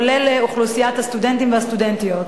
כולל אוכלוסיית הסטודנטים והסטודנטיות.